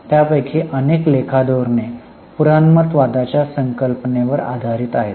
त्यापैकी अनेक लेखा धोरणे पुराणमतवादाच्या संकल्पनेवर आधारित आहेत